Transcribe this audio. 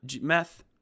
meth